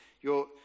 Your